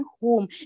home